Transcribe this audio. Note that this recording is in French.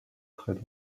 très